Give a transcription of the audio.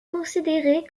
considéré